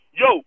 Yo